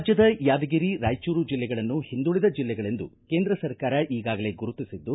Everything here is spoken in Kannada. ರಾಜ್ಯದ ಯಾದಗಿರಿ ರಾಯಚೂರು ಬೆಲ್ಲೆಗಳನ್ನು ಹಿಂದುಳಿದ ಜಿಲ್ಲೆಗಳೆಂದು ಕೇಂದ್ರ ಸರ್ಕಾರ ಈಗಾಗಲೇ ಗುರುತಿಸಿದ್ದು